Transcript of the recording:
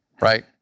right